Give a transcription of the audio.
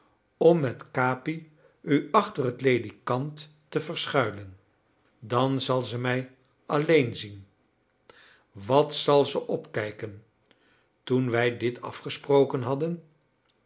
om met capi u achter het ledekant te verschuilen dan zal ze mij alleen zien wat zal ze opkijken toen wij dit afgesproken hadden